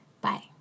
Bye